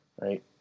right